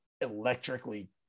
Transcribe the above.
electrically